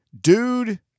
dude